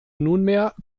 nunmehr